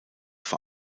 vor